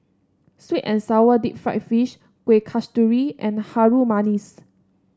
sweet and sour Deep Fried Fish Kueh Kasturi and Harum Manis